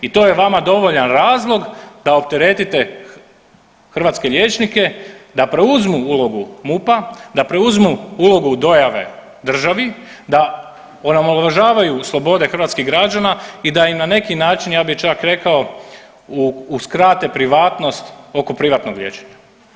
I to je vama dovoljan razlog da opteretite hrvatske liječnike da preuzmu ulogu MUP-a, da preuzmu ulogu dojave državi, da omalovažavaju slobode hrvatskih građana i da im na neki način ja bih čak rekao uskrate privatnost oko privatnog liječenja.